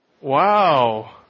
Wow